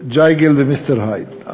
ג'קיל ומיסטר הייד.